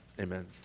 Amen